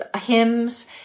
hymns